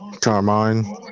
Carmine